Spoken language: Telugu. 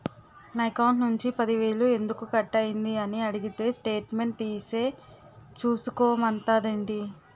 నా అకౌంట్ నుంచి పది వేలు ఎందుకు కట్ అయ్యింది అని అడిగితే స్టేట్మెంట్ తీసే చూసుకో మంతండేటి